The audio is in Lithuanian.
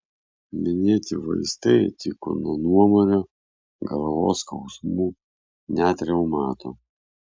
minėti vaistai tiko nuo nuomario galvos skausmų net reumato